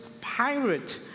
pirate